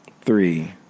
three